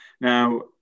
now